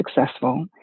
successful